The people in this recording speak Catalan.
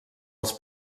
els